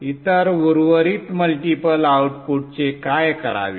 इतर उर्वरित मल्टिपल आउटपुटचे काय करावे